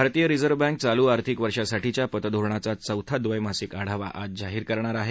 भारतीय reserve bank चालू आर्थिक वर्षासाठीच्या पतधोरणाचा चौथा ढ्रेमासिक आढावा आज जाहीर करणार आहे